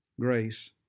Grace